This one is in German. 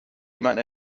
jemand